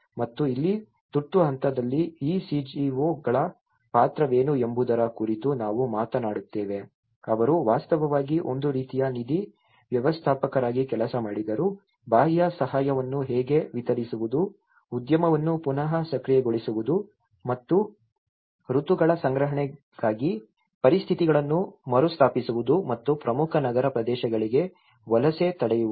ಮತ್ತು ಇಲ್ಲಿ ತುರ್ತು ಹಂತದಲ್ಲಿ ಈ CGO ಗಳ ಪಾತ್ರವೇನು ಎಂಬುದರ ಕುರಿತು ನಾವು ಮಾತನಾಡುತ್ತೇವೆ ಅವರು ವಾಸ್ತವವಾಗಿ ಒಂದು ರೀತಿಯ ನಿಧಿ ವ್ಯವಸ್ಥಾಪಕರಾಗಿ ಕೆಲಸ ಮಾಡಿದರು ಬಾಹ್ಯ ಸಹಾಯವನ್ನು ಹೇಗೆ ವಿತರಿಸುವುದು ಉದ್ಯಮವನ್ನು ಪುನಃ ಸಕ್ರಿಯಗೊಳಿಸುವುದು ಮತ್ತು ಋತುಗಳ ಸಂಗ್ರಹಣೆಗಾಗಿ ಪರಿಸ್ಥಿತಿಗಳನ್ನು ಮರುಸ್ಥಾಪಿಸುವುದು ಮತ್ತು ಪ್ರಮುಖ ನಗರ ಪ್ರದೇಶಗಳಿಗೆ ವಲಸೆ ತಡೆಯುವುದು